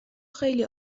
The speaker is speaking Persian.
خیلی